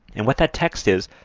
and what that text is,